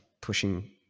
pushing